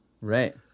Right